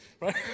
right